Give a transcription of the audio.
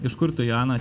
iš kur tu joana